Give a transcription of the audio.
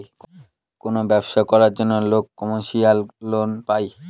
কোনো ব্যবসা করার জন্য লোক কমার্শিয়াল লোন পায়